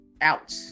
out